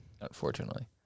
Unfortunately